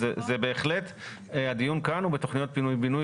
בהחלט הדיון כאן הוא בתכניות פינוי בינוי